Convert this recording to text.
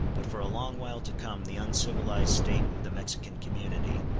but for a long while to come the uncivilized state of the mexican community,